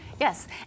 Yes